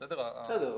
בסדר,